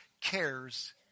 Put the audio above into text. cares